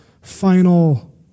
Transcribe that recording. final